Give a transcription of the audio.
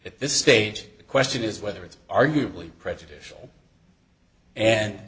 at this stage the question is whether it's arguably prejudicial and